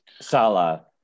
Salah